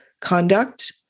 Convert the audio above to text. conduct